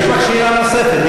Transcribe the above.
יש לך שאלה נוספת.